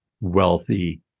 wealthy